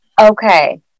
Okay